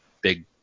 big